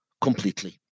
completely